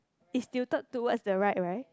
is tilted towards the right right